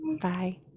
Bye